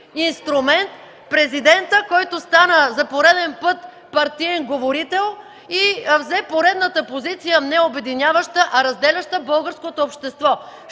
инструмент – Президента, който стана за пореден път партиен говорител и взе поредната позиция не обединяваща, а разделяща българското общество.